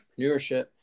entrepreneurship